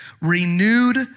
renewed